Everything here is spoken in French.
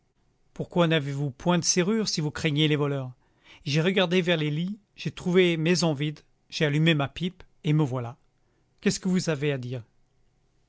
pourquoi n'avez-vous point de serrure si vous craignez les voleurs j'ai regardé vers les lits j'ai trouvé maison vide j'ai allumé ma pipe et me voilà qu'est-ce que vous avez à dire